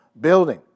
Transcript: building